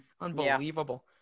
Unbelievable